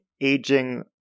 aging